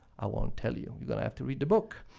i won't tell you. you're gonna have to read the book.